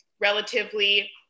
relatively